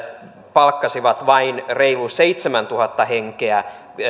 palkkasivat vain reilut seitsemäntuhatta henkeä